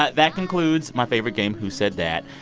ah that concludes my favorite game, who said that.